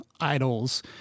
idols